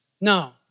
no